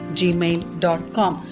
gmail.com